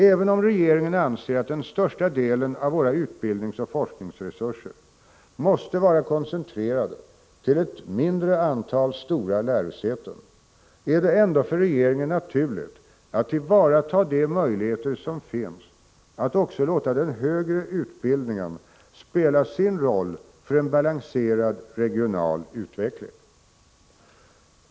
Även om regeringen anser att den största delen av våra utbildningsoch forskningsresurser måste vara koncentrerad till ett mindre antal stora lärosäten är det ändå för regeringen naturligt att tillvarata de möjligheter som finns att också låta den högre utbildningen spela sin roll för en balanserad regional utveckling.